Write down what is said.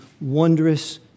wondrous